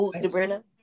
Sabrina